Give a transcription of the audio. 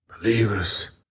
believers